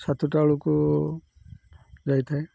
ସାତଟା ବେଳକୁ ଯାଇଥାଏ